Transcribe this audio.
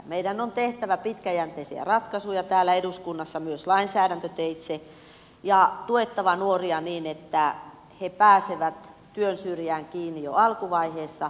meidän on tehtävä pitkäjänteisiä ratkaisuja täällä eduskunnassa myös lainsäädäntöteitse ja tuettava nuoria niin että he pääsevät työn syrjään kiinni jo alkuvaiheessa